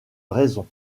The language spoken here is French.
raison